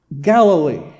Galilee